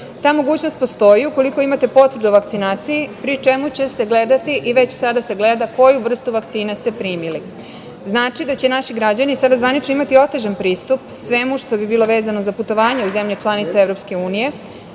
Ta mogućnost postoji ukoliko imate potvrdu o vakcinaciji, pri čemu će se gledati i već sada se gleda koju vrstu vakcine ste primili. Znači, da će naši građani sada zvanično imati otežan pristup svemu što bi bilo vezano za putovanja u zemlje članice EU,